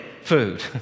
food